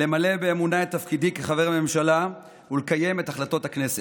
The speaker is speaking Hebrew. למלא באמונה את תפקידי כחבר הממשלה ולקיים את החלטות הכנסת.